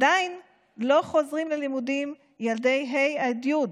עדיין לא חוזרים ללימודים ילדי ה' עד י',